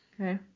Okay